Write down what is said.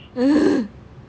ugh